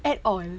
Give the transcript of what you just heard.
at all